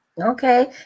Okay